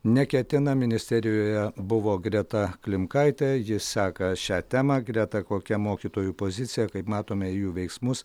neketina ministerijoje buvo greta klimkaitė ji seka šią temą greta kokia mokytojų pozicija kaip matome jų veiksmus